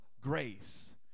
grace